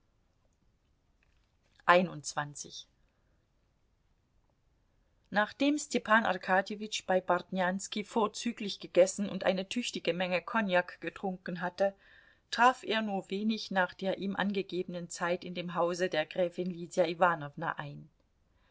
nachdem stepan arkadjewitsch bei bartnjanski vorzüglich gegessen und eine tüchtige menge kognak getrunken hatte traf er nur wenig nach der ihm angegebenen zeit in dem hause der gräfin lydia iwanowna ein